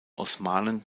osmanen